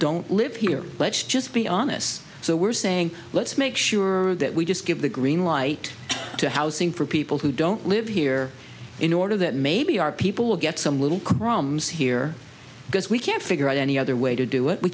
don't live here let's just be honest so we're saying let's make sure that we just give the green light to housing for people who don't live here in order that maybe our people will get some little crumbs here because we can't figure out any other way to do it we